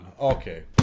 okay